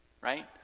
right